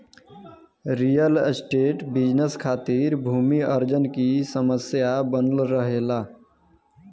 real estate business खातिर भूमि अर्जन की समस्या बनल रहेला